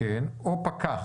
או על ידי פקח.